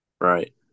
Right